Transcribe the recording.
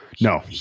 No